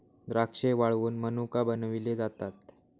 द्राक्षे वाळवुन मनुका बनविले जातात